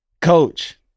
Coach